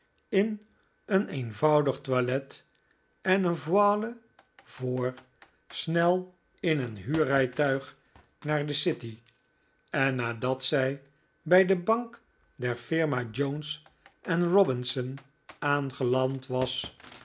in een eenvoudig toilet en een voile voor snel in een huurrijtuig naar de city en nadat zij bij de bank der firma jones robinson aangeland was